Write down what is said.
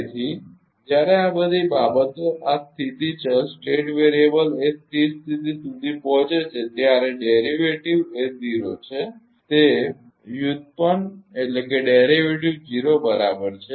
તેથી જ્યારે આ બધી બાબતો આ સ્થિતી ચલ એ સ્થિર સ્થિતિ સુધી પહોંચે છે ત્યારે વ્યુત્પન્ન એ 0 છે તે વ્યુત્પન્ન 0 બરાબર છે